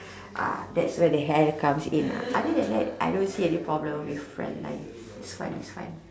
ah that's where the hell is comes in ah other than that I don't see any problem with front line it's fun it's fun